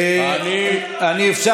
אני אומר שהכיבוש הוא הטרור.